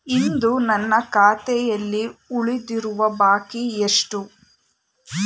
ಇಂದು ನನ್ನ ಖಾತೆಯಲ್ಲಿ ಉಳಿದಿರುವ ಬಾಕಿ ಎಷ್ಟು?